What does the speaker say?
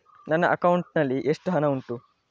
ನನ್ನ ಅಕೌಂಟ್ ನಲ್ಲಿ ಎಷ್ಟು ಹಣ ಉಂಟು?